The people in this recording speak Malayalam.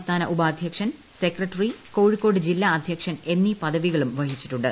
സംസ്ഥാന ഉപാധ്യക്ഷൻ സെക്രട്ടറി കോഴിക്കോട് ജില്ലാ അധ്യക്ഷൻ എന്നീ പദവികളും വഹിച്ചിട്ടുണ്ട്